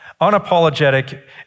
unapologetic